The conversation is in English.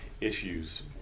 issues